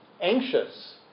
anxious